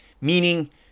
meaning